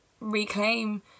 reclaim